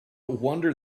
wonder